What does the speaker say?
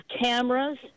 cameras